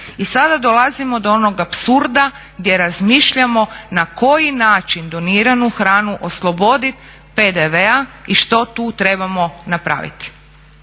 i sada dolazimo do onog apsurda gdje razmišljamo na koji način doniranu hranu oslobodit PDV-a i što tu trebamo napraviti.